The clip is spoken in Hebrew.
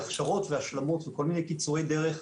והשלמות וכל מיני קיצורי דרך,